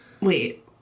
Wait